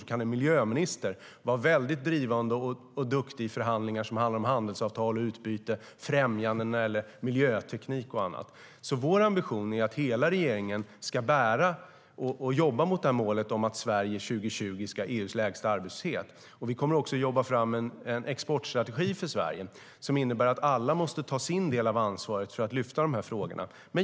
Då kan en miljöminister vara väldigt drivande och duktig i förhandlingar som gäller handelsavtal, utbyte och främjande av miljöteknik och annat. Vår ambition är alltså att hela regeringen ska jobba mot målet att Sverige år 2020 ska ha EU:s lägsta arbetslöshet. Vi kommer också att jobba fram en exportstrategi för Sverige som innebär att alla måste ta sin del av ansvaret för att lyfta fram dessa frågor.